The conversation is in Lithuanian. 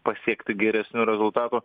pasiekti geresnių rezultatų